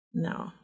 No